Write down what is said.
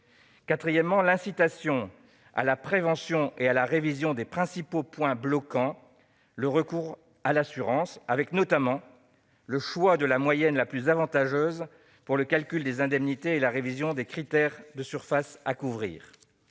à l'incitation à la prévention et à la révision des principaux points bloquant le recours à l'assurance, notamment avec le choix de la moyenne la plus avantageuse pour le calcul des indemnités et la révision des critères de surfaces à couvrir.